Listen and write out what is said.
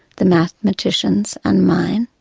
the mathematician's and mine,